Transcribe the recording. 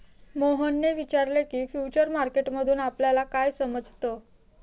मोहनने विचारले की, फ्युचर मार्केट मधून आपल्याला काय समजतं?